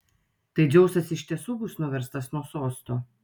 tai dzeusas iš tiesų bus nuverstas nuo sosto